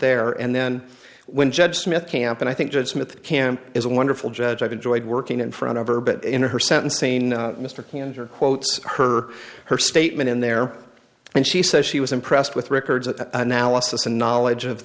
there and then when judge smith camp and i think that some of the camp is a wonderful judge i've enjoyed working in front of her but in her sentencing mr kantor quotes her her statement in there and she says she was impressed with records of analysis and knowledge of